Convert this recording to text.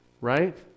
right